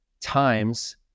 times